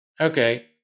okay